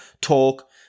talk